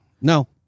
No